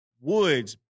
Woods